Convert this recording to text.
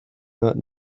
not